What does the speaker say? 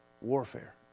warfare